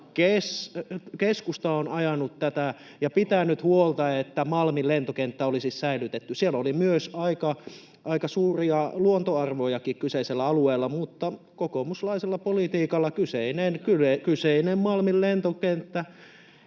Keskusta on ajanut tätä ja pitänyt huolta, että Malmin lentokenttä olisi säilytetty. Kyseisellä alueella oli myös aika suuria luontoarvojakin, mutta kokoomuslaisella politiikalla [Timo Heinonen: